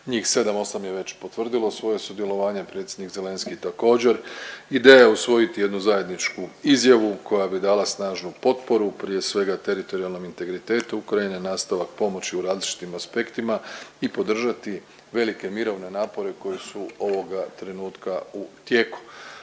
njih 7-8 je već potvrdilo svoje sudjelovanje, predsjednik Zelenski također. Ideja je usvojiti jednu zajedničku izjavu koja bi dala snažnu potporu, prije svega teritorijalnom integritetu u kojem je nastavak pomoći u različitim aspektima i podržati velike mirovne napore koji su ovoga trenutka u tijeku.